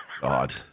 God